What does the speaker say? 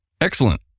Excellent